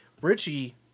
Richie